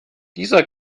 dieser